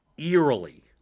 eerily